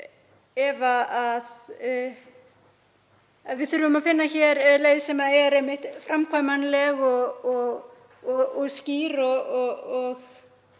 að við þurfum að finna leið sem er einmitt framkvæmanleg og skýr og